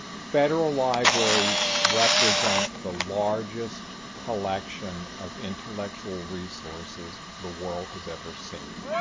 federal libraries represent the largest collection of intellectual resources the world has ever seen.